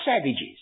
savages